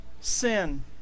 sin